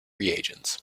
reagents